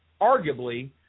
arguably